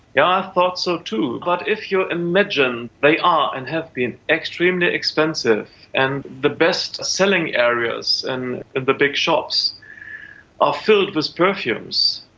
yeah thought so too, but if you imagine they are and have been extremely expensive, and the best selling areas in the big shops are filled with perfumes,